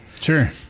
Sure